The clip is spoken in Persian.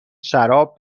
شراب